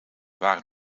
waren